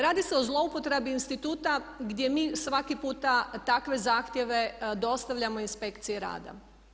Radi se o zloupotrebi instituta gdje mi svaki puta takve zahtjeve dostavljamo inspekciji rada.